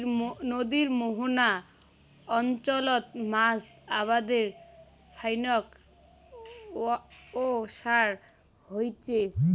নদীর মোহনা অঞ্চলত মাছ আবাদের ফাইক ওসার হইচে